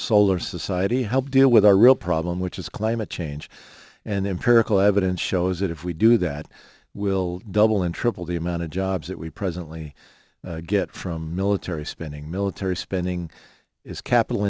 solar society help deal with our real problem which is climate change and the empirical evidence shows that if we do that we'll double and triple the amount of jobs that we presently get from military spending military spending is capital